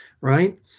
right